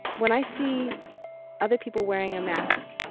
when i see other people wearing a mask,